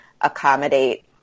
accommodate